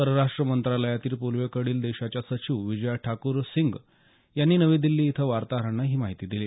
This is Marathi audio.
परराष्ट्र मंत्रालयातील प्र्वेकडील देशाच्या सचिव विजया ठाकूर सिंग यांनी नवी दिल्ली इथं वार्ताहरांना ही माहिती दिली